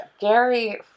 Gary